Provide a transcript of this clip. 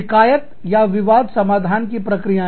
शिकायत या विवाद समाधान की प्रक्रियाएं